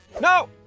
No